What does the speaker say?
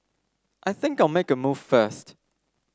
I think I'll make a move first